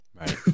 Right